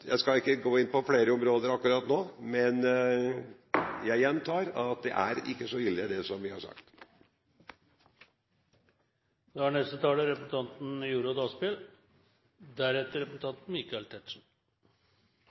jeg sier, men det hadde jeg heller ikke forventet. Jeg skal ikke gå inn på flere områder akkurat nå, men jeg gjentar at det er ikke så ille det vi har sagt.